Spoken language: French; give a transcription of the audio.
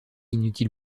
inutile